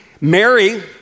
Mary